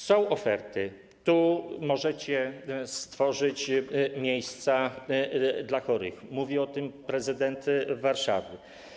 Są oferty: tu możecie stworzyć miejsca dla chorych - mówi o tym prezydent Warszawy.